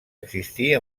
existir